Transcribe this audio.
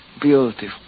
beautiful